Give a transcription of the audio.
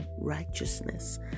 righteousness